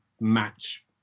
match